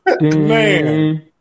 Man